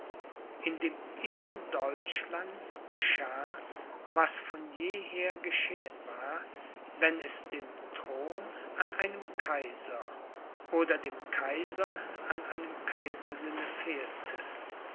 in dem innern deutschlands geschah was von jeher geschehen war wenn es dem thron an einem kaiser oder dem kaiser an einem kaisersinne fehlte